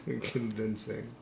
convincing